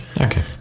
Okay